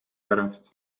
pärast